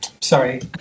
Sorry